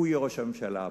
הוא יהיה ראש הממשלה הבא.